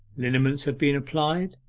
liniments have been applied,